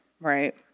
Right